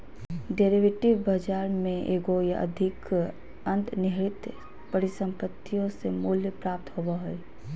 derivative बाजार में एगो या अधिक अंतर्निहित परिसंपत्तियों से मूल्य प्राप्त होबो हइ